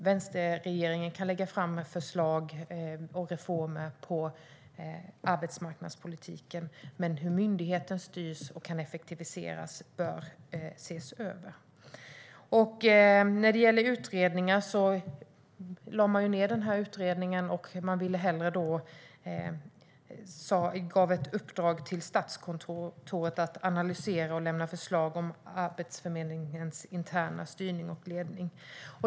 Vänsterregeringen kan lägga fram förslag och reformer angående arbetsmarknadspolitiken, men hur myndigheten styrs och kan effektiviseras bör ses över. Man lade alltså ned utredningen vi talar om och gav i stället ett uppdrag till Statskontoret att analysera och lämna förslag om Arbetsförmedlingens interna styrning och ledning.